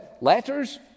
letters